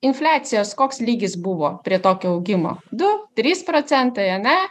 infliacijos koks lygis buvo prie tokio augimo du trys proc ane